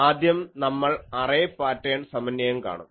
ആദ്യം നമ്മൾ array pattern സമന്വയം കാണും